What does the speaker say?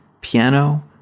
piano